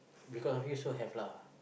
because of you so have lah